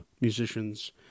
musicians